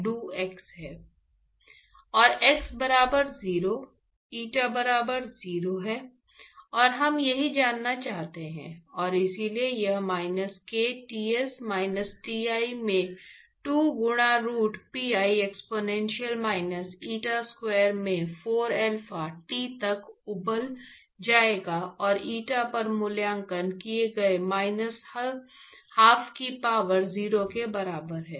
और x बराबर 0 eta बराबर 0 है और हम यही जानना चाहते हैं और इसलिए यह minus k Ts minus Ti में 2 गुणा root pi exponential minus eta square में 4 अल्फा T तक उबल जाएगा और eta पर मूल्यांकन किए गए माइनस हाफ की पावर 0 के बराबर है